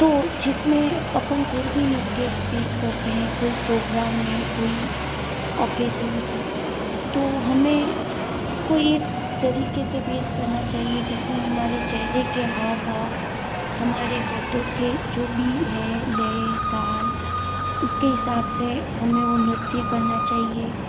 तो जिसमें अपन कोई भी नृत्य पेश करते हैं कोई प्रोग्राम में कोई औकेजन पर तो हमें उसको एक तरीके से पेश करना चाहिए जिसमें हमारे चेहरे के हाव भाव हमारे हाथों के जो भी हैं लय ताल उसके हिसाब से हमें वो नृत्य करना चाहिए